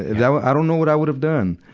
that was, i don't know what i would've done.